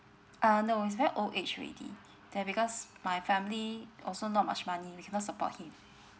uh no he's very old age already then because my family also not much money we cannot support him